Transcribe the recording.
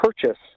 purchase